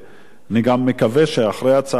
אני גם מקווה שאחרי הצעת החוק